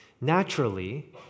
Naturally